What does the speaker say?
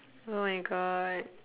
oh my god